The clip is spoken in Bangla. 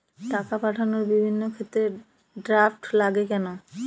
টাকা পাঠানোর বিভিন্ন ক্ষেত্রে ড্রাফট লাগে কেন?